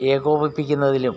ഏകോപിപ്പിക്കുന്നതിലും